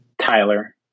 tyler